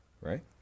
Right